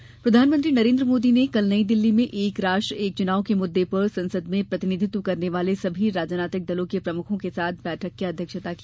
एक राष्ट्र एक चुनाव प्रधानमंत्री नरेंद्र मोदी ने कल नई दिल्ली में एक राष्ट्र एक चुनाव के मुद्दे पर संसद में प्रतिनिधित्व करने वाले सभी राजनीतिक दलों के प्रमुखों के साथ बैठक की अध्यक्षता की